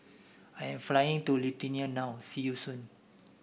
I'm flying to Lithuania now see you soon